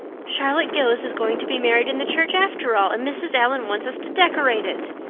charlotte gillis is going to be married in the church after all and mrs. allan wants us to decorate it,